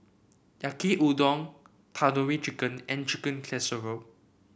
Yaki Udon Tandoori Chicken and Chicken Casserole